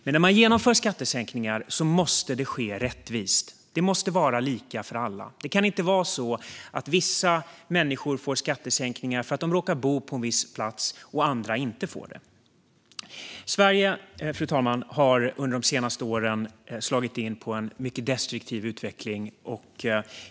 Men när man genomför skattesänkningar måste det ske rättvist. Det måste vara lika för alla. Det kan inte vara så att vissa människor får skattesänkningar för att de råkar bo på en viss plats och att andra inte får det. Fru talman! Sverige har de senaste åren utvecklats åt ett mycket destruktivt håll.